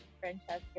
Francesca